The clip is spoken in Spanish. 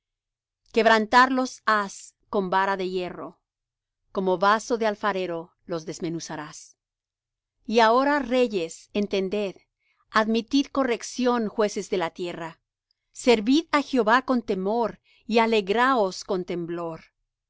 quebrantarlos has con vara de hierro como vaso de alfarero los desmenuzarás y ahora reyes entended admitid corrección jueces de la tierra servid á jehová con temor y alegraos con temblor